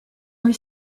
were